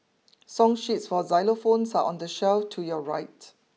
song sheets for xylophones are on the shelf to your right